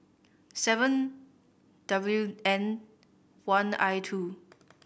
seven W N one I two